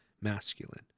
masculine